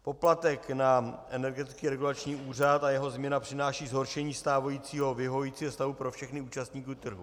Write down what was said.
Poplatek na Energetický regulační úřad a jeho změna přináší zhoršení stávajícího vyhovujícího stavu pro všechny účastníky trhu.